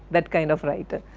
that kind of writer.